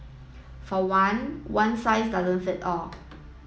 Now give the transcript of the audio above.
for one one size doesn't fit all